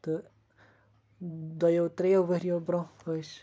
تہٕ دۄیو ترٛیٚیو ؤرِیو برٛونٛہہ ٲسۍ